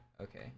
Okay